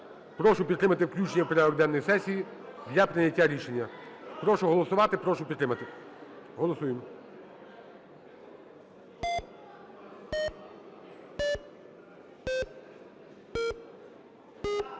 Прошу підтримати включення в порядок денний сесії для прийняття рішення. Прошу голосувати, прошу підтримати. Голосуємо.